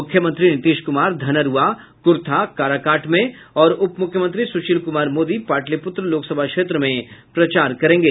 मूख्यमंत्री नीतीश क्मार धनरूआ क्था काराकाट में और उप मूख्यमंत्री स्शील क्मार मोदी पाटलिपूत्र लोकसभा क्षेत्र में प्रचार करेंगे